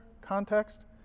context